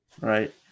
Right